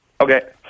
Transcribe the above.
Okay